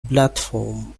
platform